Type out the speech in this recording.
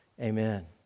Amen